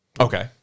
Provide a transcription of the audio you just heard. okay